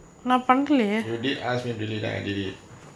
you did ask me delete I delete